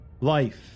Life